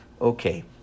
okay